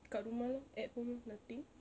kat rumah lor at home lor nothing